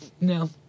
No